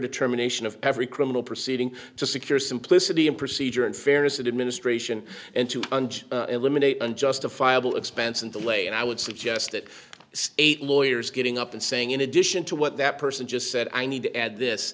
determination of every criminal proceeding to secure simplicity and procedure and fairness and administration and to eliminate unjustifiable expense and delay and i would suggest that eight lawyers getting up and saying in addition to what that person just said i need to add this